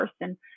person